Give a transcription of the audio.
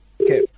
Okay